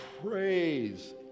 praise